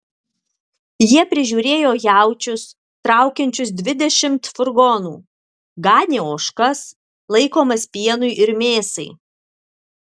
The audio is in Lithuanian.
jie prižiūrėjo jaučius traukiančius dvidešimt furgonų ganė ožkas laikomas pienui ir mėsai